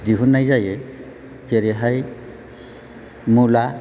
दिहुननाय जायो जेरैहाय मुला